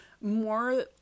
more